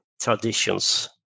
traditions